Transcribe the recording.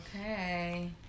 Okay